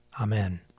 Amen